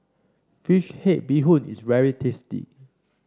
fish head Bee Hoon is very tasty